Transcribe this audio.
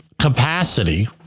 capacity